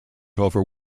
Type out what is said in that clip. over